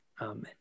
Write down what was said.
amen